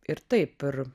ir taip ir